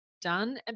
done